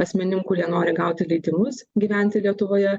asmenim kurie nori gauti leidimus gyventi lietuvoje